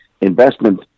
investment